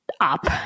up